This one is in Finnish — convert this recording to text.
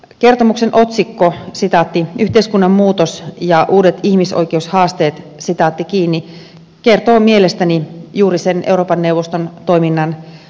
kertomuksessa otsikko yhteiskunnan muutos ja uudet ihmisoikeushaasteet kertoo mielestäni juuri sen euroopan neuvoston toiminnan ytimen